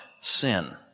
sin